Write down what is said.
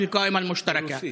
בדיקות בוואדי עארה,